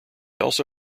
also